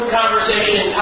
conversation